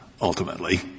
ultimately